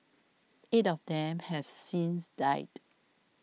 eight of them have since died